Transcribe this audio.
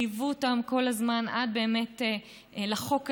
והם ליוו אותן כל הזמן עד באמת לחוק הזה,